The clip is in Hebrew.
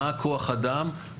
מה כוח האדם.